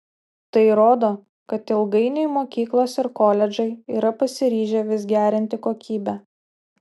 tai rodo kad ilgainiui mokyklos ir koledžai yra pasiryžę vis gerinti kokybę